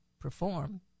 perform